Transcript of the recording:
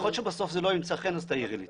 יכול להיות שבסוף זה לא ימצא חן אז תעירי לי,